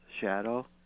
Shadow